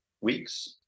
weeks